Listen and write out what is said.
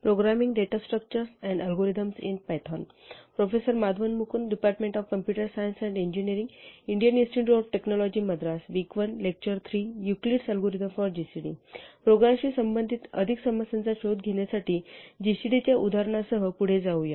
प्रोग्रामशी संबंधित अधिक समस्यांचा शोध घेण्यासाठी जीसीडी च्या उदाहरणासह पुढे जाऊया